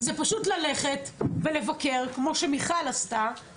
זה פשוט ללכת ולבקר כמו שמיכל עשתה.